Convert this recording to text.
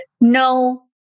No